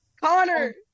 Connor